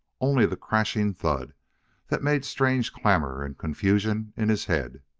only the crashing thud that made strange clamor and confusion in his head.